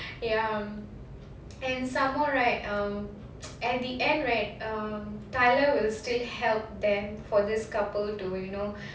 ya and some more right um at the end right um tyler will still help them for this couple to you know